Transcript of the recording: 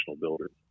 builders